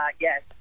yes